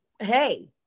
Hey